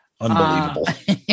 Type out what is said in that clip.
Unbelievable